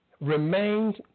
remained